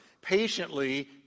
Patiently